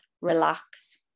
relax